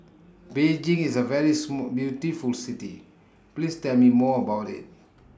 Beijing IS A very Small beautiful City Please Tell Me More about IT